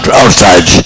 outside